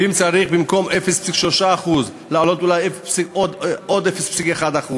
ואם צריך במקום 0.3% להעלות אולי עוד 0.1%,